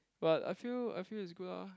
but I feel I feel it's good ah